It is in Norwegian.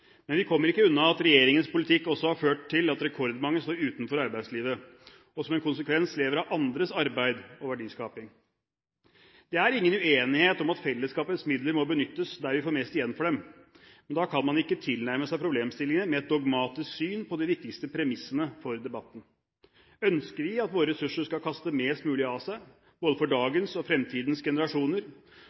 Men vi kommer ikke unna at regjeringens politikk også har ført til at rekordmange står utenfor arbeidslivet og som en konsekvens lever av andres arbeid og verdiskaping. Det er ingen uenighet om at fellesskapets midler må benyttes der vi får mest igjen for dem, men da kan man ikke tilnærme seg problemstillingene med et dogmatisk syn på de viktigste premissene for debatten. Ønsker vi at våre ressurser skal kaste mest mulig av seg, både for dagens og for fremtidens generasjoner,